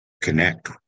connect